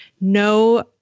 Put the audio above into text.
No